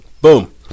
boom